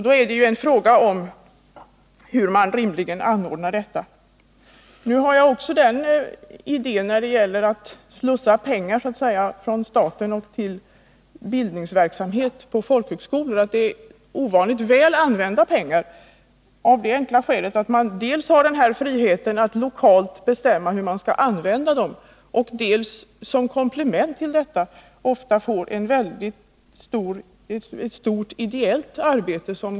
Då är frågan hur man rimligen ordnar detta. När det gäller att slussa pengar från staten till bildningsverksamhet på folkhögskola har jag också den idén att det är ovanligt väl använda pengar, av det enkla skälet att man både har friheten att lokalt bestämma hur man skall använda pengarna och som komplement ofta får ett stort ideellt arbete.